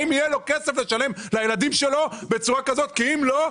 האם יהיה לו כסף לשלם לילדים שלו כי אם לא,